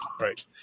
right